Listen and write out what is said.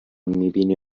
میبینی